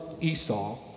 Esau